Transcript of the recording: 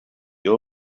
you